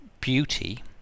beauty